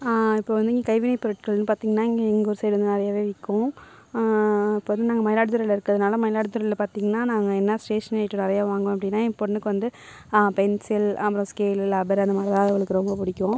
இப்போ வந்து இங்கே கைவினைப் பொருட்களெனு பார்த்திங்கன்னா இங்கே எங்கள் ஊர் சைடு நிறையவே விற்கும் இப்போ வந்து நாங்கள் மயிலாடுதுறையில் இருக்கிறதுனால மயிலாடுதுறையில் பார்த்திங்கன்னா நாங்கள் என்ன ஸ்டேஷ்னரி நிறையா வாங்குவோம் அப்படினா என் பொண்ணுக்கு வந்து பென்சில் அப்புறம் ஸ்கேல் லப்பர் அந்த மாதிரி தான் அவளுக்கு ரொம்ப பிடிக்கும்